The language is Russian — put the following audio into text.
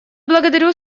благодарю